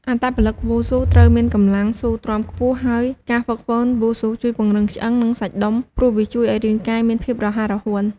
អត្តពលិកវ៉ូស៊ូត្រូវមានកម្លាំងស៊ូទ្រាំខ្ពស់ ហើយការហ្វឹកហ្វឺនវ៉ូស៊ូជួយពង្រឹងឆ្អឹង និងសាច់ដុំព្រោះវាជួយឲ្យរាងកាយមានភាពរហ័សរហួន។